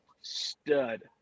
Stud